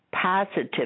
positive